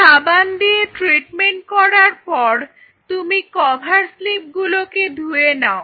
সাবান দিয়ে ট্রিটমেন্ট করার পর তুমি কভার স্লিপ গুলোকে ধুয়ে নাও